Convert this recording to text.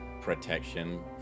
protection